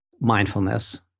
mindfulness